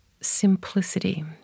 simplicity